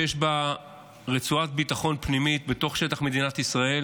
שיש בו רצועת ביטחון פנימית בתוך שטח מדינת ישראל